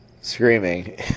screaming